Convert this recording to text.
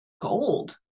gold